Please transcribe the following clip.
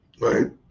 right